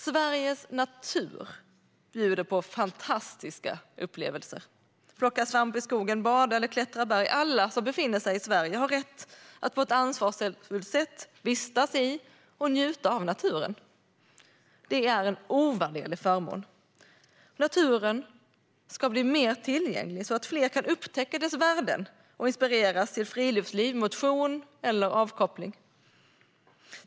Sveriges natur bjuder på fantastiska upplevelser. Plocka svamp i skogen, bada eller klättra i berg - alla som befinner sig i Sverige har rätt att på ett ansvarsfullt sätt vistas i och njuta av naturen. Det är en ovärderlig förmån. Naturen ska bli mer tillgänglig, så att fler kan upptäcka dess värden och inspireras till friluftsliv, motion eller avkoppling.